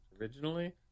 originally